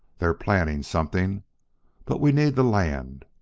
they're planning something but we need the land.